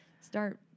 start